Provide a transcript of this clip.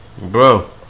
Bro